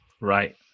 Right